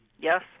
Yes